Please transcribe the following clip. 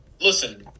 listen